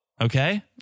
okay